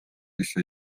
ise